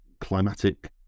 climatic